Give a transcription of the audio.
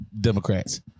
Democrats